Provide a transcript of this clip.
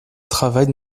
travaille